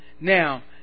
Now